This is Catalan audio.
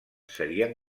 serien